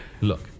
Look